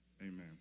Amen